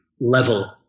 level